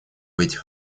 этих